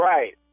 Right